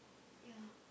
ya